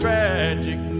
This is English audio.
tragic